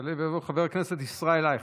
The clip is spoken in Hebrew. יעלה ויבוא חבר הכנסת ישראל אייכלר,